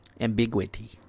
ambiguity